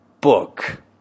book